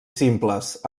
simples